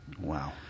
Wow